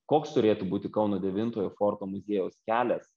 koks turėtų būti kauno devintojo forto muziejaus kelias